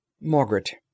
Margaret